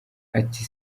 ati